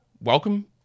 welcome